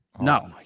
No